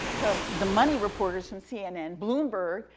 the the money reporters from cnn, bloomberg,